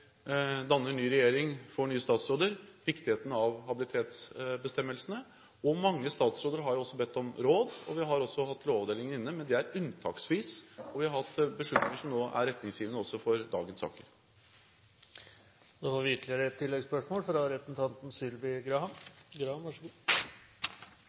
danner ny regjering og får nye statsråder, viktigheten av habilitetsbestemmelsene. Mange statsråder har også bedt om råd. Vi har også hatt Lovavdelingen inne, men det er unntaksvis, og vi har hatt beslutninger som nå er retningsgivende også for dagens